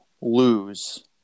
lose